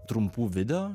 trumpų video